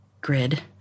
grid